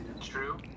true